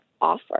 offer